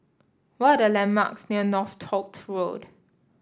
what are the landmarks near Northolt Road